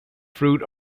fruit